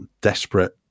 desperate